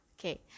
okay